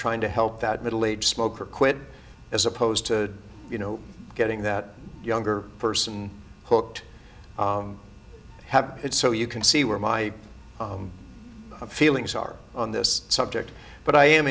trying to help that middle aged smoker quit as opposed to you know getting that younger person who looked have it so you can see where my feelings are on this subject but i am